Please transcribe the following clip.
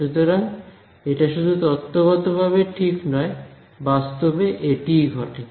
সুতরাং এটা শুধু তত্ত্বগতভাবে ঠিক নয় বাস্তবে এটিই ঘটে